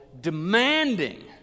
demanding